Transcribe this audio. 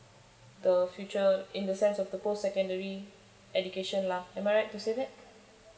the future in the sense of the post secondary education lah am I right to say that